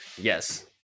yes